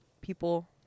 people